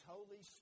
Holy